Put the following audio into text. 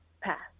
Path